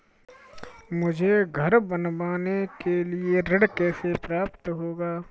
मुझे घर बनवाने के लिए ऋण कैसे प्राप्त होगा?